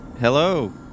Hello